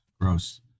Gross